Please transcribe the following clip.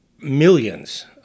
millions